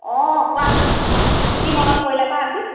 অঁ কোৱা কি মনত পৰিলে বা আজি